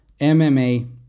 MMA